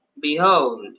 Behold